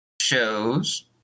shows